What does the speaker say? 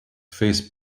face